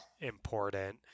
important